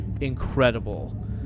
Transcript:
incredible